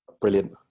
Brilliant